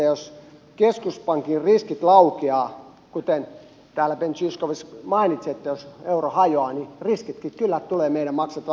jos keskuspankin riskit laukeavat kuten täällä ben zyskowicz mainitsi että jos euro hajoaa niin riskitkin kyllä tulevat meille maksettaviksi